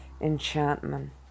enchantment